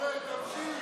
ולזה אנחנו מתייחסים,